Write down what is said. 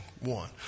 One